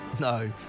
No